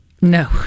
No